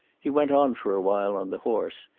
he went on for a while on the horse.